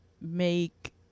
make